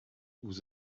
vous